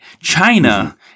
China